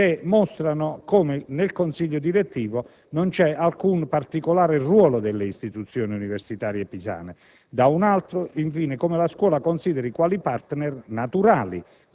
composizione del Consiglio direttivo non preveda alcun particolare ruolo delle istituzioni universitarie pisane, da un altro come la Scuola consideri quali *partner* naturali